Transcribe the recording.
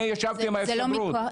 אני ישבתי עם ההסתדרות.